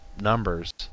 numbers